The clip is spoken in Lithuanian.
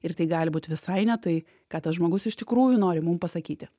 ir tai gali būt visai ne tai ką tas žmogus iš tikrųjų nori mum pasakyti